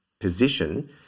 position